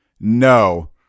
no